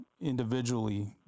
individually